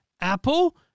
Apple